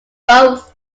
both